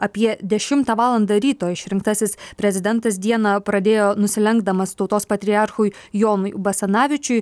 apie dešimtą valandą ryto išrinktasis prezidentas dieną pradėjo nusilenkdamas tautos patriarchui jonui basanavičiui